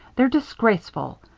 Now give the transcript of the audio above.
they're disgraceful.